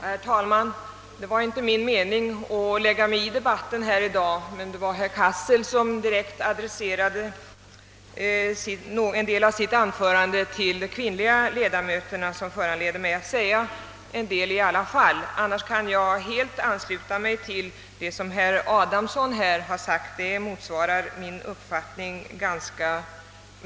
Herr talman! Det var inte min mening att lägga mig i debatten i dag, men eftersom herr Cassel adresserade en del av sitt anförande direkt till de kvinnliga ledamöterna, vill jag säga några ord. Annars kan jag helt ansluta mig till det som herr Adamsson har anfört, vilket i stort sett motsvarar min uppfattning.